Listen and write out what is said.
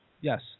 Yes